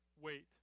wait